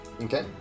Okay